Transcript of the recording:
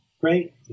Great